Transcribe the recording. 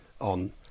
on